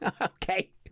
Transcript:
Okay